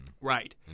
Right